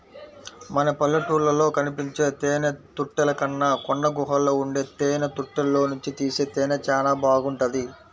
మన పల్లెటూళ్ళలో కనిపించే తేనెతుట్టెల కన్నా కొండగుహల్లో ఉండే తేనెతుట్టెల్లోనుంచి తీసే తేనె చానా బాగుంటది